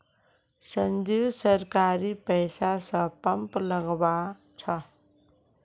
संजीव सरकारी पैसा स पंप लगवा छ